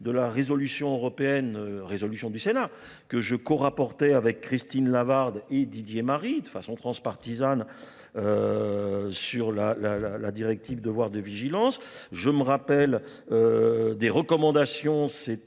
de la résolution européenne, résolution du Sénat, que je co-rapportais avec Christine Lavarde et Didier Marie, de façon transpartisane, sur la directive de devoir de vigilance. Je me rappelle des recommandations,